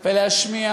ולהשמיע